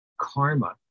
karma